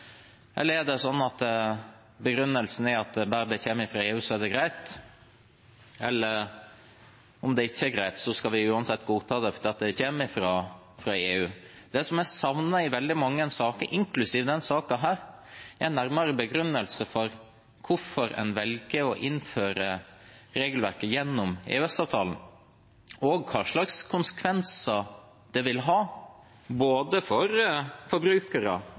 begrunnelsen at bare det kommer fra EU, er det greit? Eller om det ikke er greit, skal vi uansett godta det fordi det kommer fra EU? Det jeg savner i veldig mange saker, inklusiv denne saken, er en nærmere begrunnelse for hvorfor en velger å innføre regelverket gjennom EØS-avtalen, og hva slags konsekvenser det vil ha både for forbrukere,